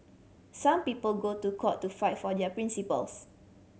some people go to court to fight for their principles